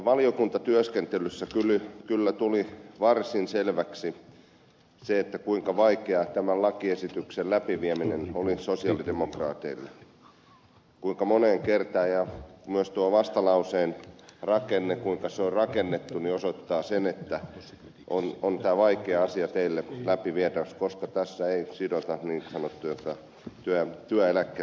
valiokuntatyöskentelyssä kyllä tuli varsin selväksi se kuinka vaikeaa tämän lakiesityksen läpivieminen oli sosialidemokraateille ja myös tuon vastalauseen rakenne se kuinka se on rakennettu osoittaa sen että on tämä vaikea asia teille läpivietäväksi koska tässä ei sidota niin sanottuihin työeläkkeisiin tätä asiaa